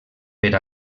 per